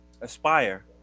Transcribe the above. aspire